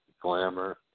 glamour